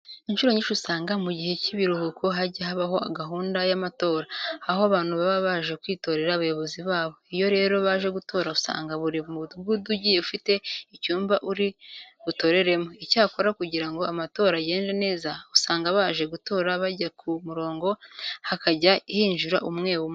Incuro nyinshi usanga mu gihe cy'ibiruhuko hajya habaho gahunda y'amatora, aho abantu baba baje kwitorera abayobozi babo. Iyo rero baje gutora usanga buri mudugudu ugiye ufite icyumba uri butoreremo. Icyakora kugira ngo amatora agende neza, usanga abaje gutora bajya ku murongo hakajya hinjira umwe umwe.